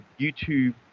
YouTube